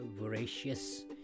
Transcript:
voracious